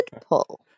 pull